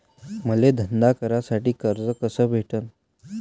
मले धंदा करासाठी कर्ज कस भेटन?